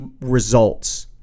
results